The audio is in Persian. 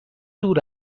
دور